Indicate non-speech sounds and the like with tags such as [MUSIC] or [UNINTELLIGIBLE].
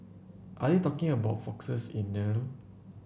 are you talking about foxes in [UNINTELLIGIBLE]